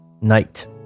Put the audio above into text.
night